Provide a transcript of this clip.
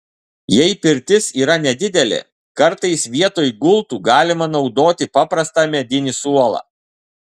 jei pirtis yra nedidelė kartais vietoj gultų galima naudoti paprastą medinį suolą